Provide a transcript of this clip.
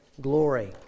glory